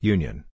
Union